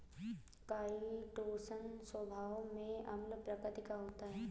chitosan स्वभाव में अम्ल प्रकृति का होता है